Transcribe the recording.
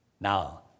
now